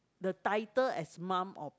the title as mum or